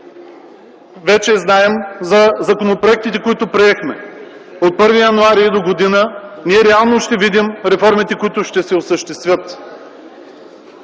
Вече знаем за законопроектите, които приехме. От 1 януари догодина ние реално ще видим реформите, които ще се осъществят.